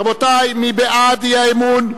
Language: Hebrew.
רבותי, מי בעד אי-האמון?